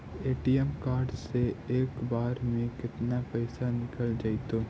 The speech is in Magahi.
ए.टी.एम कार्ड से एक बार में केतना पैसा निकल जइतै?